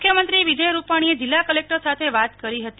મુખ્યમંત્રી વિજય રૂપાણીએ જિલ્લા કલેક્ટર સાથે વાત કરી હતી